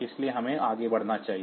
इसलिए हमें आगे बढ़ना चाहिए